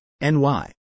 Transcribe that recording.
NY